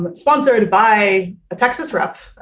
but sponsored by texas rep.